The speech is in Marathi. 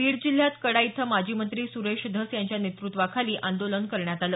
बीड जिल्ह्यात कडा इथं माजी मंत्री सुरेश धस यांच्या नेतृत्त्वाखाली आंदोलन करण्यात आलं